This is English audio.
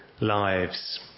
lives